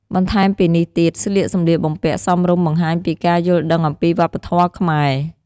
បន្ថែមពីនេះទៀតស្លៀកសម្លៀកបំពាក់សមរម្យបង្ហាញពីការយល់ដឹងអំពីវប្បធម៌ខ្មែរ។